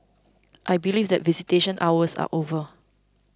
I believe that visitation hours are over